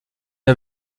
une